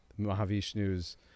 Mahavishnu's